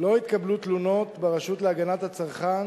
לא התקבלו תלונות ברשות להגנת הצרכן